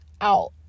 out